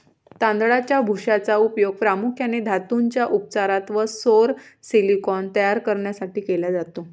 तांदळाच्या भुशाचा उपयोग प्रामुख्याने धातूंच्या उपचारात व सौर सिलिकॉन तयार करण्यासाठी केला जातो